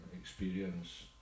experience